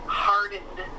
hardened